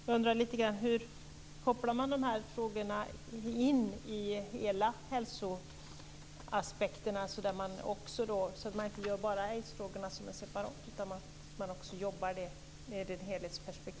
Hur kopplar man i regeringen samman de här frågorna i ett helhetsperspektiv, så att man inte bara ser aidsfrågan separat?